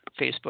Facebook